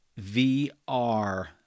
VR